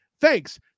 thanks